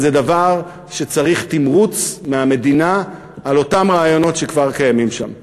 אבל זה דבר שצריך תמרוץ מהמדינה על אותם רעיונות שכבר קיימים שם.